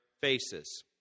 faces